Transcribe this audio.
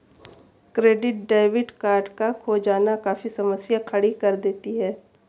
credit debit card का खो जाना काफी समस्या खड़ी कर देता है